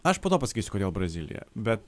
aš po to pasakysiu kodėl brazilija bet